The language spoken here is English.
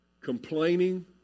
complaining